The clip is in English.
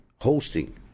hosting